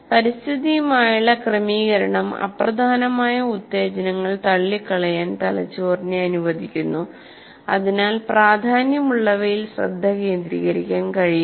പരിസ്ഥിതിയുമായുള്ള ക്രമീകരണം അപ്രധാനമായ ഉത്തേജനങ്ങൾ തള്ളിക്കളയാൻ തലച്ചോറിനെ അനുവദിക്കുന്നു അതിനാൽ പ്രാധാന്യമുള്ളവയിൽ ശ്രദ്ധ കേന്ദ്രീകരിക്കാൻ കഴിയും